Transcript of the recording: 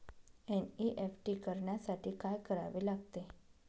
NEFT करण्यासाठी काय करावे लागते?